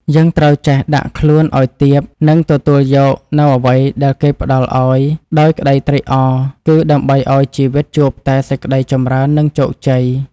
យើងត្រូវចេះដាក់ខ្លួនឱ្យទាប និងទទួលយកនូវអ្វីដែលគេផ្តល់ឱ្យដោយក្តីត្រេកអរ គឺដើម្បីឱ្យជីវិតជួបតែសេចក្តីចម្រើននិងជោគជ័យ។